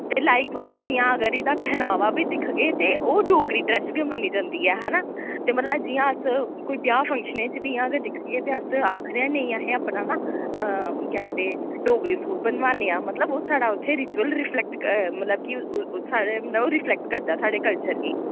ते लाइकवाइज जि'यां अगर इ'दा पहनावा वी दिक्खगे ते ओह् डोगरी ड्रेस गै मन्नी जन्दी ऐ हैना ते मतलब जि'यां अस कोई ब्याह् फंक्शनें च वी इ'यां अगर दिक्खगे ते अस आखनेआं नेईं असें अपना ना केह् आखदे डोगरी सूट बनवानेआं मतलब ओह् साढ़ा उत्थे रिचुअल रिफ्लेक्ट मतलब कि ओह् साढ़े नै ओह् रिफ्लेक्ट करदा साढ़े कल्चर गी